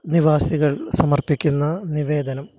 നിവാസികൾ സമർപ്പിക്കുന്ന നിവേദനം